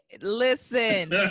listen